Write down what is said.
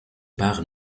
par